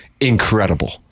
incredible